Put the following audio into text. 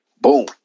boom